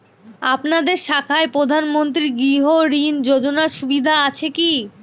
আপনাদের শাখায় প্রধানমন্ত্রী গৃহ ঋণ যোজনার সুবিধা আছে কি?